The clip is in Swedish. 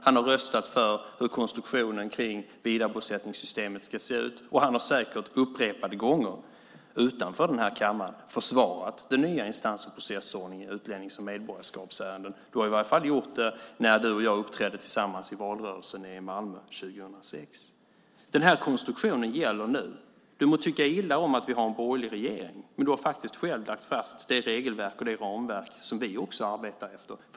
Han har röstat för hur konstruktionen kring vidarebosättningssystemet ska se ut, och han har säkert upprepade gånger utanför den här kammaren försvarat den nya instans och processordningen i utlännings och medborgarskapsärenden. Du har i varje fall gjort det när du och jag uppträdde tillsammans i valrörelsen i Malmö 2006, Luciano Astudillo. Den här konstruktionen gäller nu. Du må tycka illa om att vi har en borgerlig regering, men du har faktiskt själv lagt fast det regelverk och det ramverk som vi också arbetar efter.